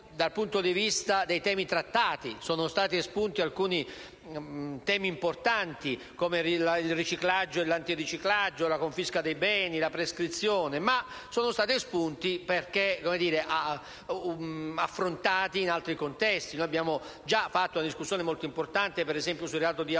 dal punto di vista dei temi trattati: sono stati espunti alcuni temi importanti come il riciclaggio e l'autoriciclaggio, la confisca dei beni e la prescrizione, perché affrontati in altri contesti. Abbiamo già fatto una discussione molto importante sul reato di